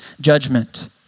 judgment